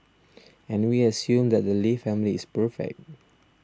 and we assume that the Lee family is perfect